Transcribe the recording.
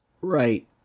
right